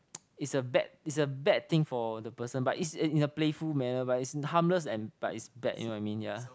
it's a bad it's a bad thing for the person but it's in in a playful manner but it's harmless and but it's bad you know what I mean yeah